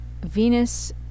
Venus